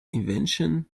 invention